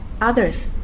others